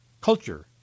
culture